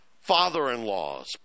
father-in-laws